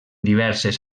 diverses